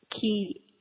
key